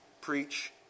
Preach